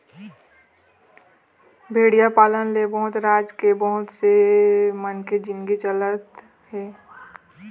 भेड़िया पालन ले बहुत राज के बहुत से मनखे के जिनगी चलत हे